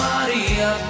Maria